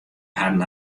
harren